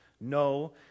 No